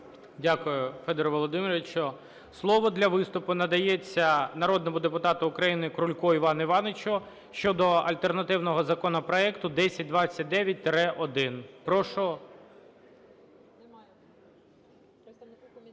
Дякую, Федір Володимирович. Слово для виступу надається народному депутату України Крульку Івану Івановичу щодо альтернативного законопроекту 1029-1. Прошу…